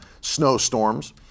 snowstorms